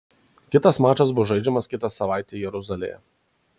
kitas mačas bus žaidžiamas kitą savaitę jeruzalėje